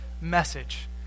message